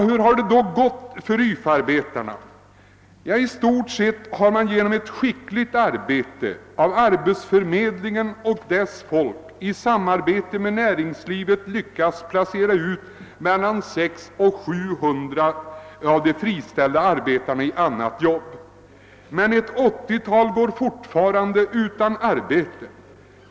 Hur har det då gått för YFA-arbetarna? I stort sett har man — genom ett skickligt arbete av arbetsförmedlingen och dess folk i samverkan med näringslivet — lyckats placera ut mellan 600 och 700 av de friställda arbetarna i annan sysselsättning, men omkring 80 går utan arbete.